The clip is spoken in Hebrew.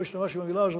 לא השתמשתי במלה הזאת,